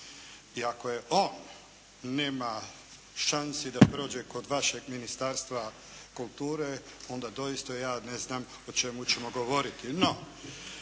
I ako on nema šansi da prođe kod vašeg Ministarstva kulture, onda doista ja ne znam o čemu ćemo govoriti.